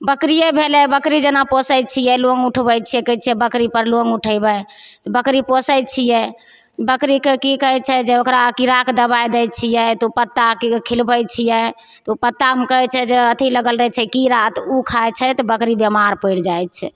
बकरिए भेलै बकरी जेना पोसै छिए लोन उठबै छिए कहै छिए बकरीपर लोन उठेबै बकरी पोसै छिए बकरीके कि कहै छै जे ओकरा कीड़ाके दवाइ दै छिए तऽ ओ पत्ता खिलबै छिए तऽ ओ पत्तामे कहै छै जे अथी लगल रहै छै कीड़ा तऽ ओ खाइ छै तऽ बकरी बेमार पड़ि जाइ छै